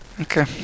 okay